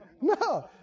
no